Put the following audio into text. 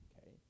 Okay